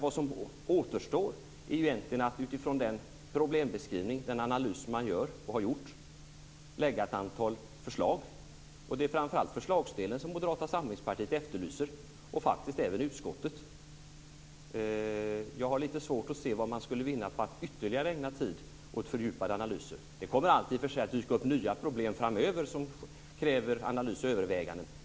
Vad som återstår är egentligen att utifrån den problembeskrivning och den analys som man gör och har gjort lägga fram ett antal förslag. Och det är framför allt förslagsdelen som Moderata samlingspartiet, och faktiskt även utskottet, efterlyser. Jag har lite svårt att se vad man skulle vinna på att ägna ytterligare tid åt fördjupade analyser. Det kommer i och för sig alltid att dyka upp nya problem framöver som kräver analys och överväganden.